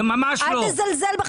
ממש לא.